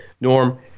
Norm